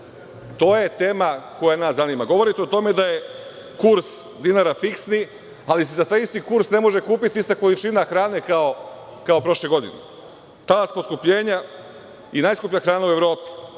to je tema koja nas zanima. Govorite o tome da je kurs dinara fiksni, ali se za taj isti kurs ne može kupiti ista količina hrane kao prošle godine, talas poskupljenja i najskuplja hrana u Evropi.